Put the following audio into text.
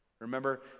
Remember